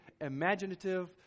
imaginative